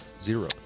Zero